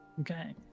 Okay